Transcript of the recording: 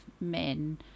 men